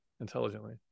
intelligently